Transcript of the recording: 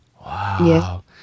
Wow